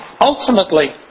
Ultimately